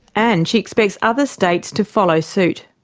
and she expects other states to follow suit.